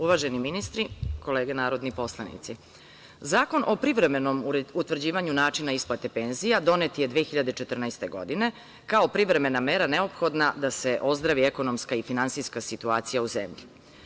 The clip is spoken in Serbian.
Uvaženi ministri, kolege narodni poslanici, Zakon o privremenom utvrđivanju načina isplate penzija donet je 2014. godine kao privremena mera neophodna da se ozdravi ekonomska i finansijska situacija u zemlji.